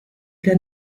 der